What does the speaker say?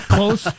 Close